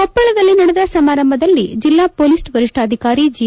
ಕೊಪ್ಪಳದಲ್ಲಿ ನಡೆದ ಸಮಾರಂಭದಲ್ಲಿ ಜಿಲ್ಲಾ ಪೊಲೀಸ್ ವರಿಷ್ಠಾಧಿಕಾರಿ ಜಿ